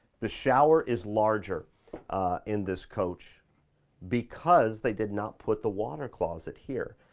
the shower is larger in this coach because they did not put the water closet here.